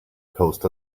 post